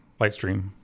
Lightstream